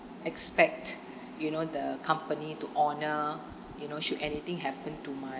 expect you know the company to honor you know should anything happen to my